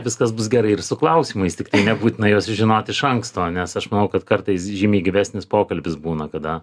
viskas bus gerai ir su klausimais tiktai nebūtina juos žinot iš anksto nes aš manau kad kartais žymiai gyvesnis pokalbis būna kada